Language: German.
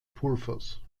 pulvers